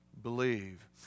believe